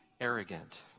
arrogant